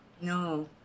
No